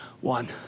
one